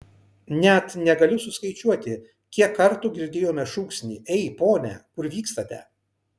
net negaliu suskaičiuoti kiek kartų girdėjome šūksnį ei pone kur vykstate